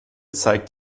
zeigt